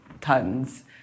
tons